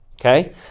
Okay